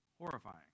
Horrifying